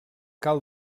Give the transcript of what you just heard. cal